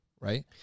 right